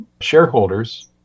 shareholders